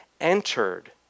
entered